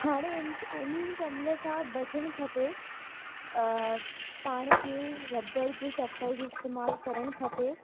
हाणे इन्स इन्हनि सभिनी खां बचणु खपे पाण खे रॿड़ जो चम्पल जो इस्तेमालु करणु खपे